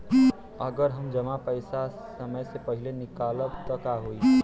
अगर हम जमा पैसा समय से पहिले निकालब त का होई?